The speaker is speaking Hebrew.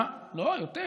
יותר.